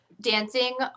dancing